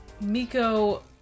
Miko